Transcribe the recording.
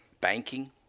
banking